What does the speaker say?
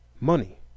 Money